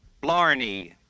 Blarney